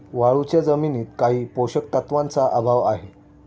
वाळूच्या जमिनीत काही पोषक तत्वांचा अभाव आहे